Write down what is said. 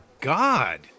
God